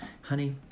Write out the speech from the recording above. honey